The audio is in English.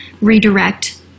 redirect